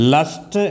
Lust